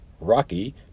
Rocky